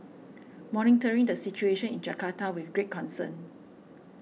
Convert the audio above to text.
monitoring the situation in Jakarta with great concern